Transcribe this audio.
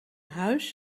huis